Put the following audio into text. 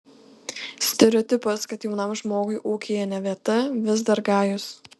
stereotipas kad jaunam žmogui ūkyje ne vieta vis dar gajus